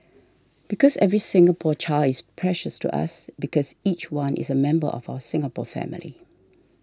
because every Singapore child is precious to us because each one is a member of our Singapore family